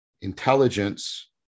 intelligence